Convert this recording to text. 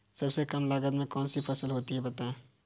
सबसे कम लागत में कौन सी फसल होती है बताएँ?